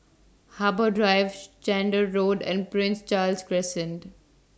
Harbour Drive Chander Road and Prince Charles Crescent